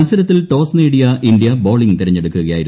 മൽസരത്തിൽ ടോസ് നേടിയ India bowling തെരഞ്ഞെടുക്കുകയായിരുന്നു